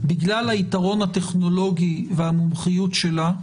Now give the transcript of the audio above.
בגלל היתרון הטכנולוגי והמומחיות שלה,